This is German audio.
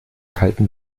kalten